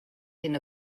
hyn